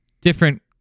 Different